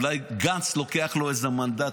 אולי גנץ לוקח לו איזה מנדט,